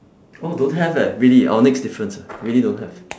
oh don't have eh really our next difference really don't have